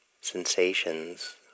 sensations